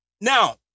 Now